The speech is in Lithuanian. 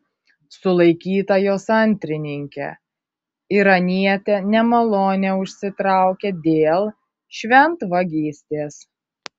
sulaikyta jos antrininkė iranietė nemalonę užsitraukė dėl šventvagystės